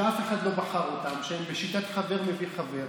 שאף אחד לא בחר אותם, שהם בשיטת חבר מביא חבר,